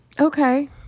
Okay